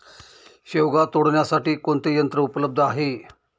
शेवगा तोडण्यासाठी कोणते यंत्र उपलब्ध आहे?